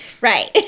Right